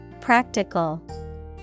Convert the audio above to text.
practical